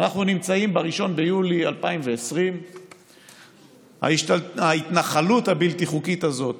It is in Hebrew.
אנחנו נמצאים ב-1 ביולי 2020. ההתנחלות הבלתי-חוקית הזאת